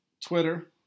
Twitter